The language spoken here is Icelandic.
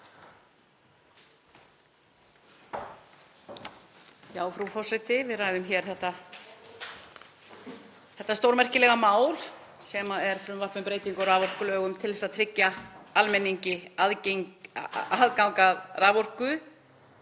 Frú forseti. Við ræðum þetta stórmerkilega mál sem er frumvarp um breytingu á raforkulögum til að tryggja almenningi aðgang að raforku.